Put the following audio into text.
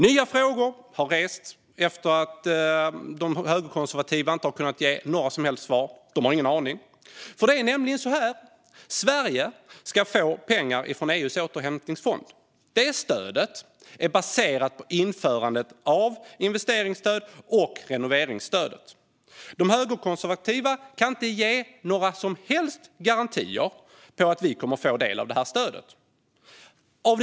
Nya frågor har uppstått, och de högerkonservativa har inte kunnat ge några som helst svar. De har ingen aning. Det är nämligen så här: Sverige ska få pengar från EU:s återhämtningsfond. Det stödet är baserat på införandet av investeringsstödet och renoveringsstödet. De högerkonservativa kan inte ge några som helst garantier för att vi kommer att få del av pengarna från EU.